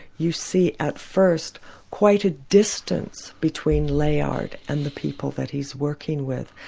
you see at first quite a distance between layard and the people that he's working with.